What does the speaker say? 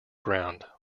ground